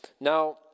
Now